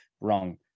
Wrong